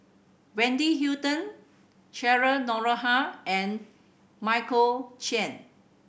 Wendy Hutton Cheryl Noronha and Michael Chiang